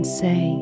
say